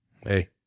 Hey